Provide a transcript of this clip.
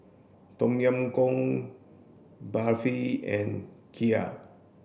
Tom Yam Goong Barfi and Kheer